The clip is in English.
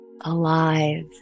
alive